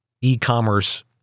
E-commerce